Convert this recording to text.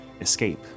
escape